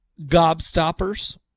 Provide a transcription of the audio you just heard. Gobstoppers